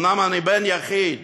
אומנם אני בן יחיד,